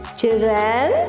Children